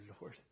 Lord